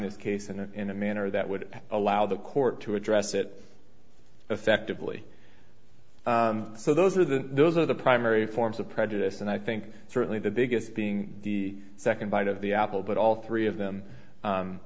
this case and in a manner that would allow the court to address it effectively so those are the those are the primary forms of prejudice and i think certainly the biggest being the second bite of the apple but all three of them